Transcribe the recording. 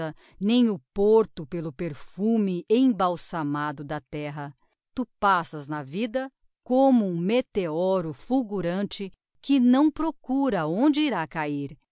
nem o porto pelo perfume embalsamado da terra tu passas na vida como um meteoro fulgurante que não procura aonde irá caír